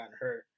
hurt